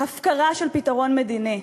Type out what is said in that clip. הפקרה של פתרון מדיני.